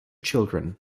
children